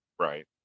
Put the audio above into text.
right